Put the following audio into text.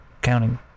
counting